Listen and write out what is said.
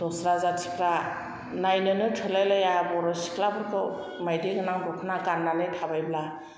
दस्रा जाथिफोरा नायनोनो थोलायलाया बर' सिख्लाफोरखौ मायदि गोनां दखना गाननानै थाबायोब्ला